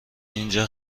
اینجا